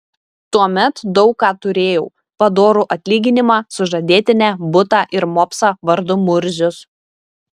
tuomet daug ką turėjau padorų atlyginimą sužadėtinę butą ir mopsą vardu murzius